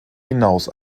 hinaus